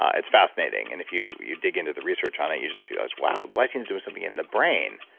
ah it's fascinating, and if you you dig into the research on it, you just feel this, wow, glycine is doing something in the brain.